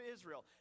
Israel